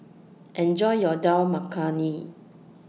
Enjoy your Dal Makhani